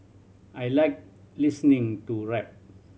I like listening to rap